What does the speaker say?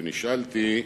ונשאלתי: